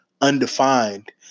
undefined